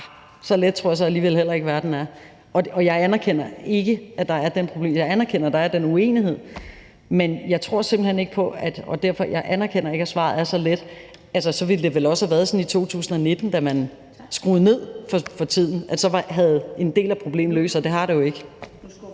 så let tror jeg altså alligevel heller ikke verden er. Jeg anerkender, at der er den uenighed, men jeg tror simpelt hen ikke på og derfor anerkender jeg heller ikke, at svaret er så let. For så ville det vel også have været sådan i 2019, da man skruede ned for tiden, at en del af problemet så havde løst sig, og det har det jo ikke.